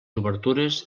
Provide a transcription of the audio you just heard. obertures